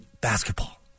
basketball